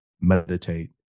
meditate